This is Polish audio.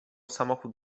samochód